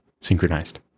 synchronized